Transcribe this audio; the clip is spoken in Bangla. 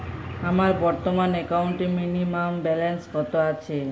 আমার বর্তমান একাউন্টে মিনিমাম ব্যালেন্স কত আছে?